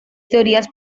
teorías